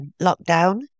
lockdown